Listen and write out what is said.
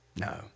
No